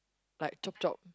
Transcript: like chop chop